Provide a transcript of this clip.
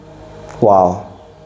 wow